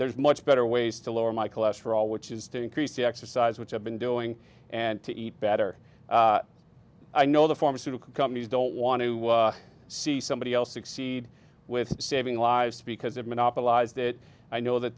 there's much better ways to lower my cholesterol which is to increase the exercise which i've been doing and to eat better i know the pharmaceutical companies don't want to see somebody else succeed with saving lives because it monopolise that i know that